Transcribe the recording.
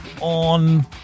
on